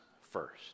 first